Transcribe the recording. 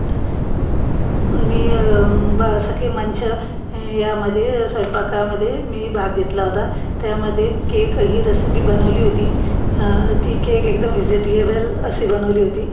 मी ब सखीमंच यामध्ये स्वयंपाकामध्ये मी भाग घेतला होता त्यामध्ये केक ही रेसिपी बनवली होती ती केक एकदम व्हिजीटीएबल अशी बनवली होती